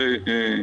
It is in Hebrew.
אה,